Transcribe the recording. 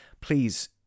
please